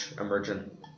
emergent